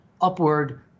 upward